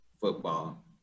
football